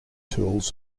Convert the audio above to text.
tools